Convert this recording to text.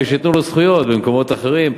וייתנו לו זכויות במקומות אחרים,